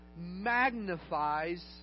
magnifies